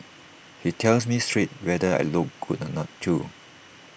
he tells me straight whether I look good or not too